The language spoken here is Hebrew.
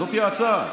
זאת ההצעה.